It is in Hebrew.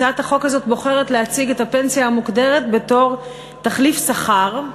הצעת החוק הזאת בוחרת להציג את הפנסיה המוקדמת בתור תחליף שכר,